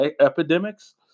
epidemics